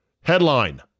Headline